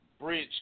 Bridge